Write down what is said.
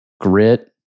Grit